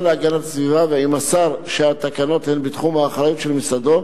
להגנת הסביבה ועם השר שהתקנות הן בתחום האחריות של משרדו,